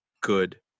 good